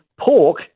Pork